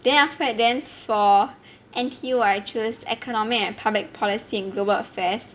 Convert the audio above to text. then after that then for N_T_U I choose economic and public policy and global affairs